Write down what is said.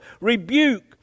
Rebuke